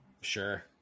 Sure